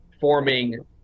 forming